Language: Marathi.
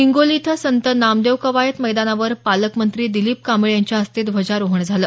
हिंगोली इथं संत नामदेव कवायत मैदानावर पालकमंत्री दिलीप कांबळे यांच्या हस्ते ध्वजारोहण झालं